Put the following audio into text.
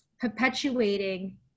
perpetuating